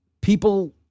People